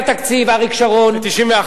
הוא עבר על חוקי התקציב, אריק שרון, ב-1991.